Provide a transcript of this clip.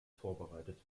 vorbereitet